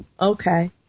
Okay